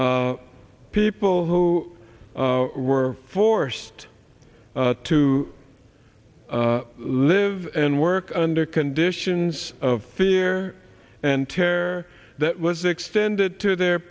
me people who were forced to live and work under conditions of fear and tear that was extended to their